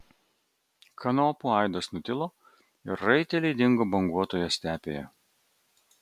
kanopų aidas nutilo ir raiteliai dingo banguotoje stepėje